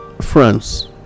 france